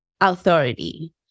authority